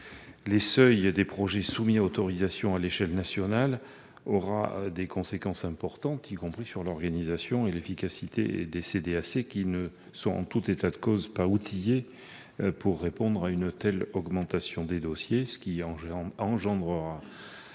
les seuils des projets soumis à autorisation à l'échelle nationale entraînera des conséquences importantes, y compris sur l'organisation et l'efficacité des CDAC, qui ne sont, en tout état de cause, pas outillées pour répondre à une telle augmentation des dossiers. Une augmentation